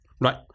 Right